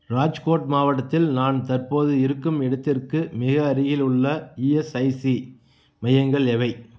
ராஜ்கோட் மாவட்டத்தில் நான் தற்போது இருக்கும் இடத்திற்கு மிக அருகிலுள்ள இஎஸ்ஐசி மையங்கள் எவை